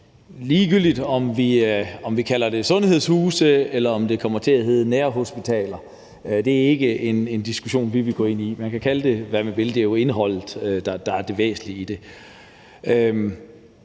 ligegyldigt, om vi kalder det sundhedshuse, eller om det kommer til at hedde nærhospitaler. Det er ikke en diskussion, vi vil gå ind i. Man kan kalde det, hvad man vil, men det er jo indholdet, der er det væsentlige i det,